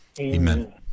Amen